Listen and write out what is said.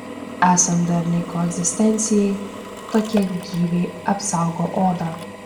esant darniai koegzistencijai tokie gyviai apsaugo odą